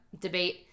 debate